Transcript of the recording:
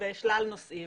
בשלל נושאים,